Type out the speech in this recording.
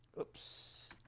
Oops